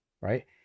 right